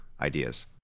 ideas